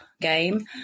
game